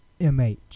mh